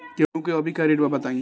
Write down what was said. गेहूं के अभी का रेट बा बताई?